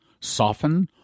soften